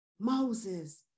Moses